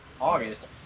august